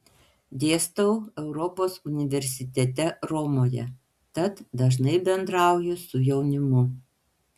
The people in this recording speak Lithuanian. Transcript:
dėstau europos universitete romoje tad dažnai bendrauju su jaunimu